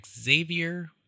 Xavier